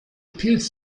pilz